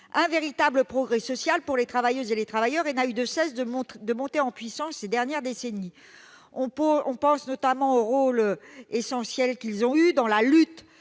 un véritable progrès social pour les travailleuses et les travailleurs ; et il n'a cessé de monter en puissance ces dernières décennies. On pense notamment au rôle essentiel que ces structures ont joué dans la lutte